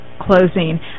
closing